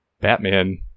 Batman